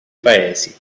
paesi